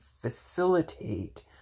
facilitate